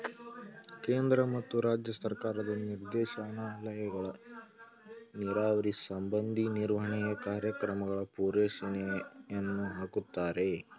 ಕೇಂದ್ರ ಮತ್ತು ರಾಜ್ಯ ಸರ್ಕಾರದ ನಿರ್ದೇಶನಾಲಯಗಳು ನೀರಾವರಿ ಸಂಬಂಧಿ ನಿರ್ವಹಣೆಯ ಕಾರ್ಯಕ್ರಮಗಳ ರೂಪುರೇಷೆಯನ್ನು ಹಾಕುತ್ತಾರೆ